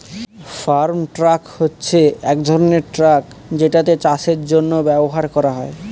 farm truck হচ্ছে এক ধরনের ট্র্যাক যেটা চাষের জন্য ব্যবহার করা হয়